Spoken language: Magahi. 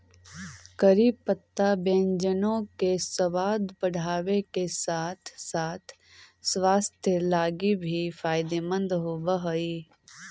करी पत्ता व्यंजनों के सबाद बढ़ाबे के साथ साथ स्वास्थ्य लागी भी फायदेमंद होब हई